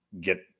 get